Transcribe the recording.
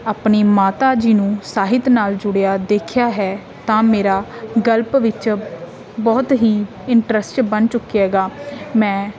ਆਪਣੀ ਮਾਤਾ ਜੀ ਨੂੰ ਸਾਹਿਤ ਨਾਲ ਜੁੜਿਆ ਦੇਖਿਆ ਹੈ ਤਾਂ ਮੇਰਾ ਗਲਪ ਵਿੱਚ ਬਹੁਤ ਹੀ ਇੰਟਰਸਟ ਬਣ ਚੁੱਕਿਆ ਗਾ ਮੈਂ